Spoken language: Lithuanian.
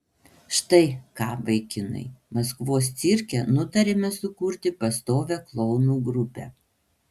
štai ką vaikinai maskvos cirke nutarėme sukurti pastovią klounų grupę